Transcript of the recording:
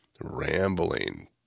rambling